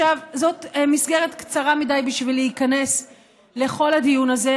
זאת מסגרת קצרה מדי להיכנס לכל הדיון הזה,